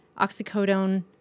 oxycodone